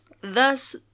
thus